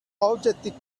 objective